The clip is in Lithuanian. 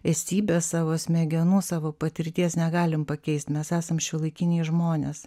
esybę savo smegenų savo patirties negalim pakeisti mes esam šiuolaikiniai žmonės